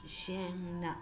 ꯁꯦꯡꯅ